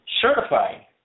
certified